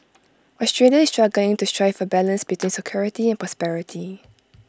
Australia is struggling to strike A balance between security and prosperity